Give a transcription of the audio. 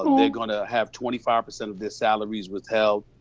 and they're gonna have twenty five percent of their salaries withheld.